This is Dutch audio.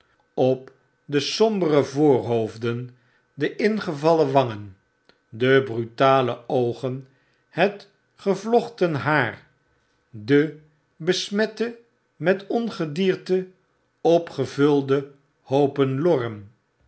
op de sombere voorhoofden de ingevallen wangen de brutale oogen het gevlochten haar de besmette metongedierte opgevulde hoopen lorren